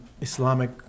Islamic